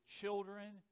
children